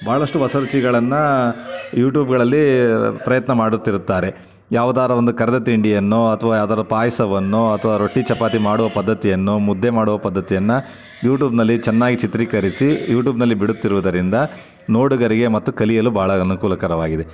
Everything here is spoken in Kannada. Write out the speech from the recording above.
ಭಾಳಷ್ಟು ಹೊಸ ರುಚಿಗಳನ್ನು ಯೂಟೂಬ್ಗಳಲ್ಲಿ ಪ್ರಯತ್ನ ಮಾಡುತ್ತಿರುತ್ತಾರೆ ಯಾವ್ದಾರು ಒಂದು ಕರಿದ ತಿಂಡಿಯನ್ನು ಅಥವಾ ಯಾವ್ದಾರು ಪಾಯಸವನ್ನೋ ಅಥವಾ ರೊಟ್ಟಿ ಚಪಾತಿ ಮಾಡೋ ಪದ್ಧತಿಯನ್ನೋ ಮುದ್ದೆ ಮಾಡೋ ಪದ್ಧತಿಯನ್ನು ಯೂಟೂಬ್ನಲ್ಲಿ ಚೆನ್ನಾಗಿ ಚಿತ್ರೀಕರಿಸಿ ಯೂಟೂಬ್ನಲ್ಲಿ ಬಿಡುತ್ತಿರುವುದರಿಂದ ನೋಡುಗರಿಗೆ ಮತ್ತು ಕಲಿಯಲು ಭಾಳ ಅನುಕೂಲಕರವಾಗಿದೆ